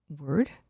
word